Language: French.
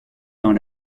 dans